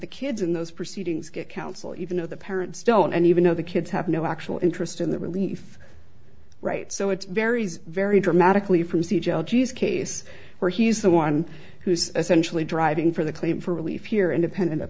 the kids in those proceedings get counsel even though the parents don't and even though the kids have no actual interest in the relief right so it's very very dramatically from siege l g s case where he's the one who's essentially driving for the claim for relief here independent of